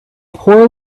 poor